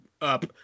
up